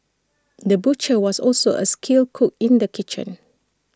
the butcher was also A skilled cook in the kitchen